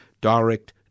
Direct